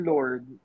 Lord